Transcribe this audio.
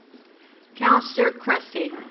councillor cressy.